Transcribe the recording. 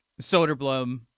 Soderblom